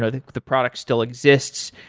ah the the product still exists.